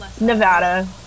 Nevada